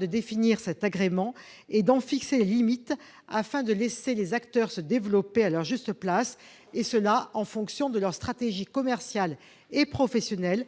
définir cet agrément et d'en fixer les limites, afin de laisser les acteurs se développer à leur juste place en fonction de leur stratégie commerciale et professionnelle,